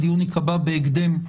הדיון יקבע בהקדם,